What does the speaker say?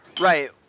Right